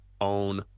own